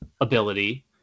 ability